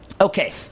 Okay